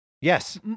Yes